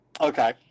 okay